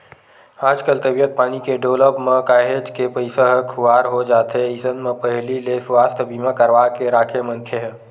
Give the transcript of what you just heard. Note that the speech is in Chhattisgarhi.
आजकल तबीयत पानी के डोलब म काहेच के पइसा ह खुवार हो जाथे अइसन म पहिली ले सुवास्थ बीमा करवाके के राखे मनखे ह